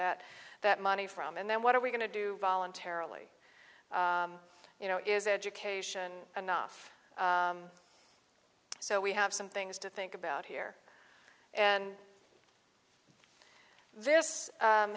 that that money from and then what are we going to do voluntarily you know is education enough so we have some things to think about here and this